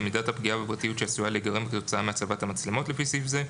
למידת הפגיעה בפרטיות שעשויה להיגרם כתוצאה מהצבת המצלמות לפי סעיף זה.